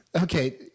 Okay